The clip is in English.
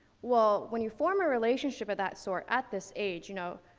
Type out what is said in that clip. well, when you form a relationship of that sort at this age, you know,